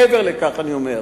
מעבר לכך אני אומר,